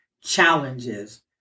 challenges